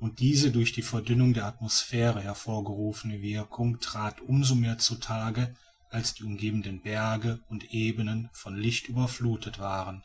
und diese durch die verdünnung der atmosphäre hervorgerufene wirkung trat um so mehr zu tage als die umgebenden berge und ebenen von licht überfluthet waren